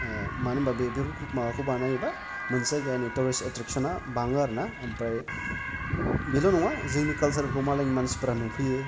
ओ मानो होनबा बे रोखोमनि माबाखौ बानायोबा मोनसे जायगानि टरेस्थ आथ्राकसना बाङो आरोना आमफ्राय बेल' नङा जोंनि कालसारखौ मालायनि मानसिफोरा नुफैयो